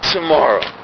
Tomorrow